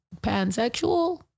pansexual